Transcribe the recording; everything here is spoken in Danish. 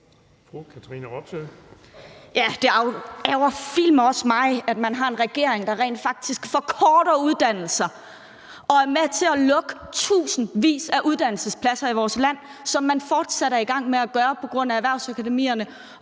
spilleme også mig, at man har en regering, der rent faktisk forkorter uddannelser og er med til at lukke tusindvis af uddannelsespladser i vores land, hvad man fortsat er i gang med at gøre på grund af erhvervsakademierne,